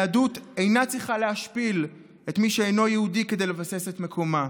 היהדות אינה צריכה להשפיל את מי שאינו יהודי כדי לבסס את מקומה.